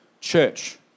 church